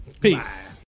peace